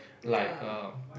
like err